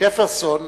ג'פרסון,